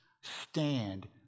stand